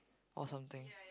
or something